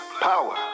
power